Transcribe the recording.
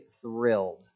thrilled